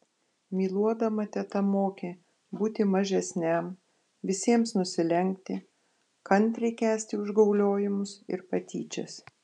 myluodama teta mokė būti mažesniam visiems nusilenkti kantriai kęsti užgauliojimus ir patyčias